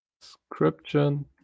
description